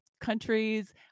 countries